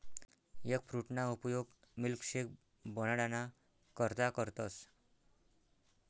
एगफ्रूटना उपयोग मिल्कशेक बनाडाना करता करतस